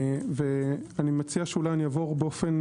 אני אעבור באופן